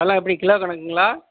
அதெல்லாம் எப்படி கிலோ கணக்குங்களா